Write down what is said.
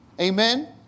Amen